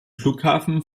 flughafen